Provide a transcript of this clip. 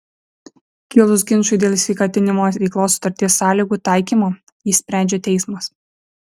kilus ginčui dėl sveikatinimo veiklos sutarties sąlygų taikymo jį sprendžia teismas